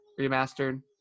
remastered